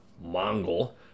Mongol